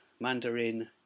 Mandarin